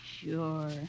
Sure